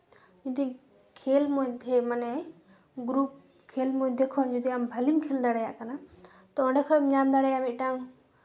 ᱡᱩᱫᱤ ᱠᱷᱮᱞ ᱢᱚᱫᱽᱫᱷᱮ ᱢᱟᱱᱮ ᱜᱨᱩᱯ ᱠᱷᱮᱞ ᱢᱤᱫᱽᱫᱷᱮ ᱠᱷᱚᱱ ᱡᱩᱫᱤ ᱟᱢ ᱵᱷᱟᱞᱮᱢ ᱠᱷᱮᱞ ᱫᱟᱲᱮᱭᱟᱜ ᱠᱟᱱᱟ ᱛᱚ ᱚᱸᱰᱮ ᱠᱷᱚᱡ ᱧᱟᱢ ᱫᱟᱲᱮᱭᱟᱜᱼᱟ ᱢᱤᱫᱴᱟᱝ